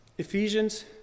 Ephesians